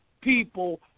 people